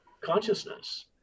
consciousness